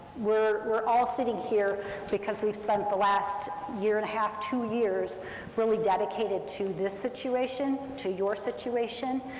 we're we're all sitting here because we've spent the last year and a half, two years really dedicated to this situation, to your situation.